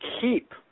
keep